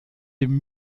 dem